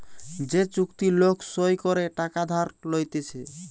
যে চুক্তি লোক সই করে টাকা ধার লইতেছে